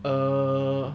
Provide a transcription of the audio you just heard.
err